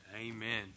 Amen